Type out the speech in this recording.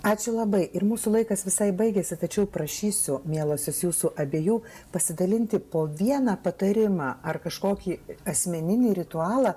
ačiū labai ir mūsų laikas visai baigėsi tačiau prašysiu mielosios jūsų abiejų pasidalinti po vieną patarimą ar kažkokį asmeninį ritualą